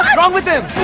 wrong with um